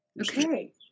Okay